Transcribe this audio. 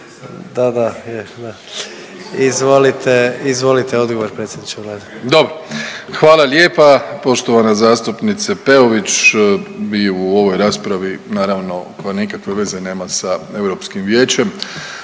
Vlade. **Plenković, Andrej (HDZ)** Dobro, hvala lijepa poštovana zastupnice Peović vi u ovoj raspravi naravno koja nikakve veze nema sa Europskim vijećem